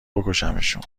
بکشمشون